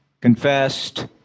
confessed—